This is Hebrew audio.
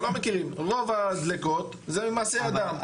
רוב הדליקות הם מעשה ידי אדם.